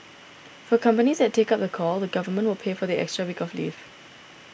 for companies that take up the call the Government will pay for the extra week of leave